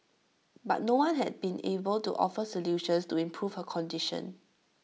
but no one has been able to offer solutions to improve her condition